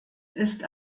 ist